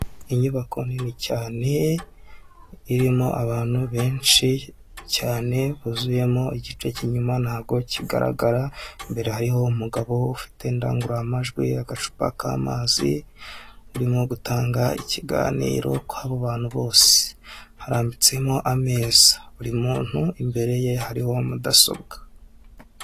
Inyubako nini cyane irimo abantu benshi cyane buzuyemo igice cy'inyuma ntabwo kigaragara, imbere hariho umugabo ufite indangururamajwi, agacupa k'amazi urimo gutanga ikiganiro ku abo bantu bose, harambitsemo ameza, buri muntu imbere ye hariho mudasobwa.